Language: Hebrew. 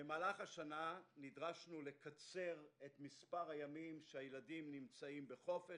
במהלך השנה נדרשנו לקצר את מספר הימים שהילדים נמצאים בחופש,